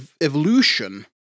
evolution